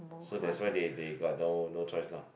so that's why they they got no no choice lah